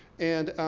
and,